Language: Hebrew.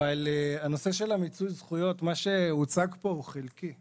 אבל מה שהוצג פה בנושא הזה הוא חלקי,